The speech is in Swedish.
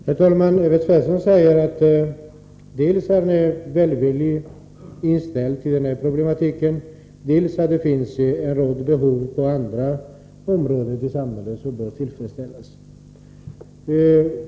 Herr talman! Evert Svensson säger dels att han är välvilligt inställd till åtgärder för att bekämpa missbruksproblemen, dels att det finns en rad behov på andra områden som behöver tillfredsställas.